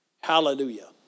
Hallelujah